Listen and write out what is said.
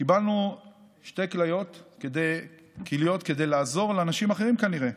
קיבלנו שתי כליות כדי לעזור לאנשים אחרים, כנראה,